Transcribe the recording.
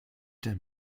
denn